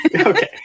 Okay